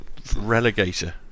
relegator